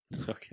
Okay